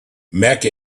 mecca